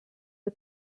the